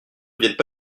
viennent